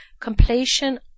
completion